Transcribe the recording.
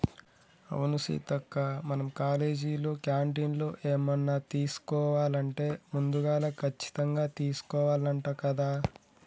అవును సీతక్క మనం కాలేజీలో క్యాంటీన్లో ఏమన్నా తీసుకోవాలంటే ముందుగాల కచ్చితంగా తీసుకోవాల్నంట కదా